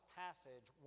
passage